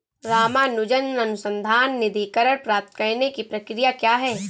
रामानुजन अनुसंधान निधीकरण प्राप्त करने की प्रक्रिया क्या है?